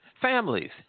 families